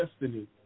destiny